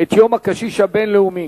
את יום הקשיש הבין-לאומי.